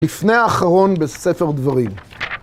לפני האחרון בספר דברים.